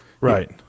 Right